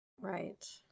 Right